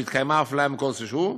שהתקיימה אפליה מכל נושא שהוא,